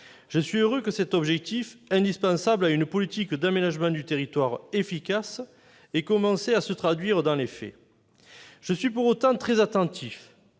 Je suis heureux que cet objectif, indispensable à une politique d'aménagement du territoire efficace, ait commencé à se traduire dans les faits. Je suis pour autant très attentif